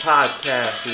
Podcast